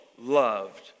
loved